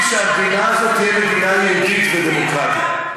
שהמדינה הזאת תהיה מדינה יהודית ודמוקרטית.